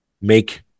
make